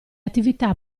attività